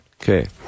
Okay